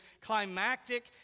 climactic